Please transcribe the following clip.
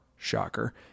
Shocker